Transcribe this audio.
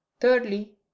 Thirdly